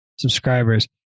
Subscribers